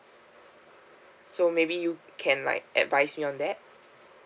so maybe you can like advise me on that